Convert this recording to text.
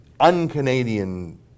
un-Canadian